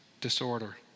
disorder